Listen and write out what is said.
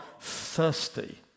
thirsty